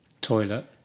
toilet